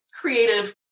creative